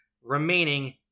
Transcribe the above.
remaining